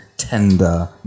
Tender